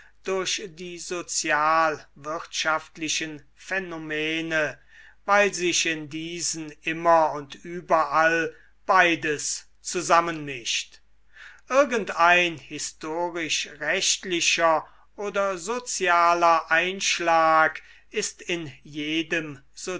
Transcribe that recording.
durch die sozialwirtschaftlichen phänomene weil sich in diesen immer und überall beides zusammenmischt irgend ein historischrechtlicher oder sozialer einschlag ist in jedem